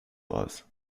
raus